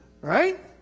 Right